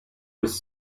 his